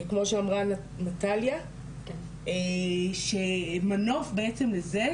כמו שאמרה נטליה שמנוף בעצם לזה,